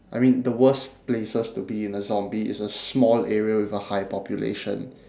I mean the worst places to be in a zombie is a small area with a high population